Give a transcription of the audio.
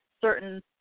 certain